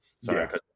Sorry